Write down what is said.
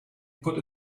put